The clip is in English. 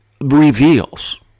reveals